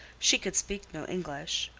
she could speak no english,